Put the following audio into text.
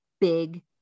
big